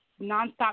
nonstop